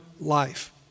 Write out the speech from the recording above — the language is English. life